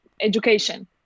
education